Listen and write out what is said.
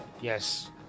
Yes